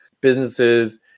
businesses